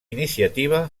iniciativa